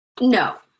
No